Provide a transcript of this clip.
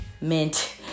mint